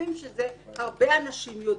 חושבים שהרבה אנשים יודעים,